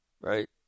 right